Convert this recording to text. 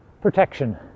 protection